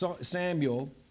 Samuel